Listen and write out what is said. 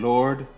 Lord